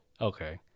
Okay